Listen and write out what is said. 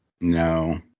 No